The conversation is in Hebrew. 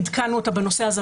עדכנו אותה בנושא הזה,